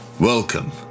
Welcome